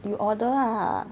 you order lah